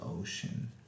ocean